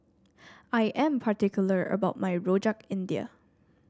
I am particular about my Rojak India